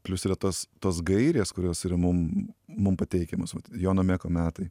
plius yra tos tos gairės kurios yra mum mum pateikiamos jono meko metai